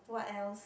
what else